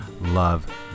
love